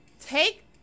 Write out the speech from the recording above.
take